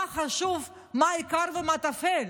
מה חשוב, מה העיקר, ומה הטפל?